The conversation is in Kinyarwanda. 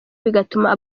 bigatuma